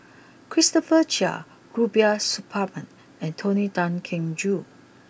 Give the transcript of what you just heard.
Christopher Chia Rubiah Suparman and Tony Tan Keng Joo